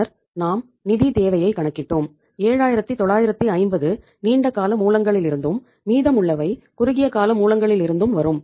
பின்னர் நாம் நிதி தேவையை கணக்கிட்டோம் 7950 நீண்ட கால மூலங்களிலிருந்தும் மீதமுள்ளவை குறுகிய கால மூலங்களிலிருந்தும் வரும்